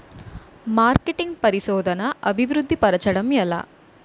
marketing పరిశోధనదా అభివృద్ధి పరచడం ఎలా